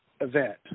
event